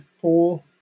four